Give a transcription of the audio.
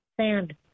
sand